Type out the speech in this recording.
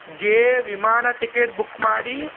ಗೆ ವಿಮಾನ ticket book ಮಾಡಿ